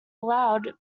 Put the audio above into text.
allowed